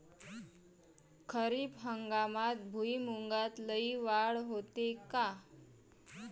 खरीप हंगामात भुईमूगात लई वाढ होते का?